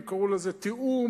הם קראו לזה תיאום,